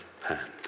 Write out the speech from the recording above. hand